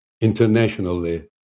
internationally